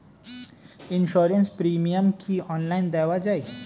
Insurance premium কি online দেওয়া যায়?